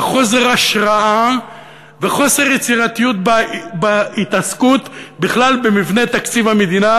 וחוסר השראה וחוסר יצירתיות בהתעסקות בכלל במבנה תקציב המדינה,